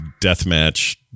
deathmatch